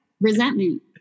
resentment